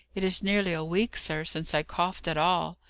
it is nearly a week, sir, since i coughed at all.